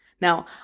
Now